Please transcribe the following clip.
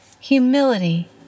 humility